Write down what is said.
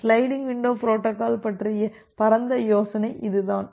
sliding window protocol பற்றிய பரந்த யோசனை இதுதான்